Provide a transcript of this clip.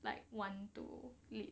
like one to eat